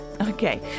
Okay